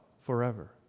forever